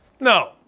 No